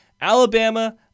Alabama